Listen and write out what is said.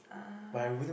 ah